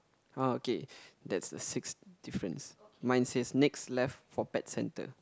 uh okay that's the sixth difference mine says next left for pet centre